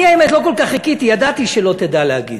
אני, האמת, לא כל כך חיכיתי, ידעתי שלא תדע להגיד,